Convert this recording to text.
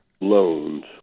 loans